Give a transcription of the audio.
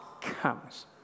comes